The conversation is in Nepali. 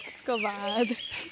त्यसको बाद